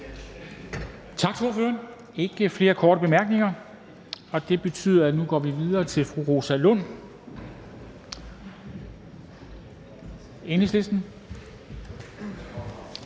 Der er ikke flere korte bemærkninger, og det betyder, at vi nu går videre til fru Rosa Lund, Enhedslisten.